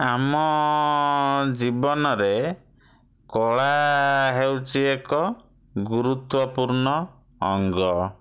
ଆମ ଜୀବନରେ କଳା ହେଉଛି ଏକ ଗୁରୁତ୍ୱପୂର୍ଣ୍ଣ ଅଙ୍ଗ